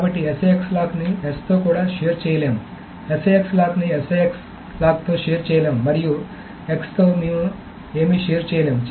కాబట్టి SIX లాక్ని S తో కూడా షేర్ చేయలేము SIX లాక్ని SIX లాక్తో షేర్ చేయలేము మరియు X తో ఏమీ షేర్ చేయలేము